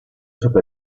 stesso